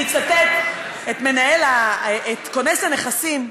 אני אצטט את כונס הנכסים,